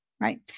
right